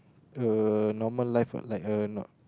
a normal life lah like a not